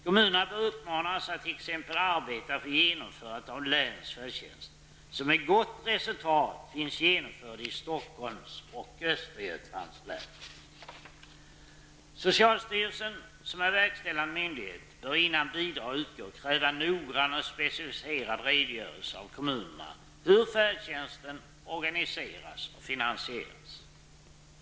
Kommunerna bör uppmanas att t.ex. arbeta för genomförande av länsfärdtjänst, som med gott resultat finns genomförd i Stockholms och Socialstyrelsen, som är verkställande myndighet, bör innan bidrag utgår kräva en noggrann och specifierad redogörelse av kommunerna om hur färdtjänsten organiseras och finansieras.